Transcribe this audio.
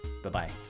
Bye-bye